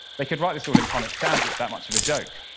they could write this all in comic sans, it's that much of a joke.